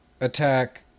attack